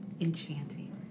enchanting